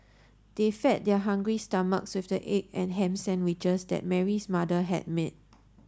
they fed their hungry stomach with the egg and ham sandwiches that Mary's mother had made